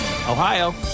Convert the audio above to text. Ohio